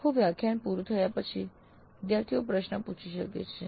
આખું વ્યાખ્યાન પૂરું થાય પછી વિદ્યાર્થીઓ પ્રશ્નો પૂછી શકે છે